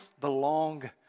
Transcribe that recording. belong